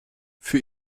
für